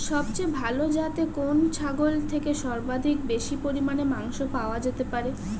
সবচেয়ে ভালো যাতে কোন ছাগল থেকে সর্বাধিক বেশি পরিমাণে মাংস পাওয়া যেতে পারে?